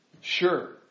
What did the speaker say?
Sure